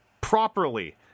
properly